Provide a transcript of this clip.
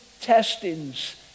testings